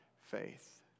faith